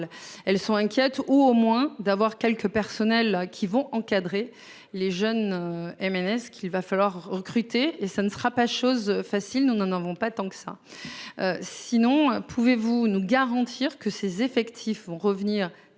elles sont inquiètes ou au moins d'avoir quelques personnels qui vont encadrer les jeunes MNS qu'il va falloir recruter et ça ne sera pas chose facile. Nous n'en avons pas tant que ça. Sinon, pouvez-vous nous garantir que ses effectifs vont revenir